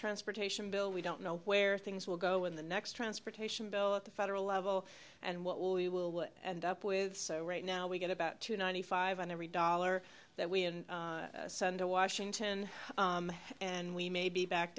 transportation bill we don't know where things will go when the next transportation bill at the federal level and what will you will end up with so right now we get about two ninety five on every dollar that we send to washington and we may be back